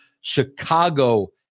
Chicago